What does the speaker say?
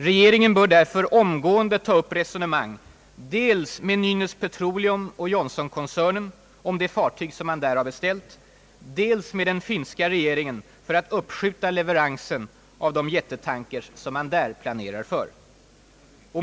Regeringen bör därför omgående ta upp resonemang dels med Nynäs-petroleum och Johnson-koncernen om det fartyg man där har beställt, dels med den finska regeringen för att uppskjuta leveransen av de jättetankers man där planerar för.